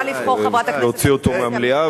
להוציא אותו מהמליאה,